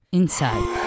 inside